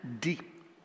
deep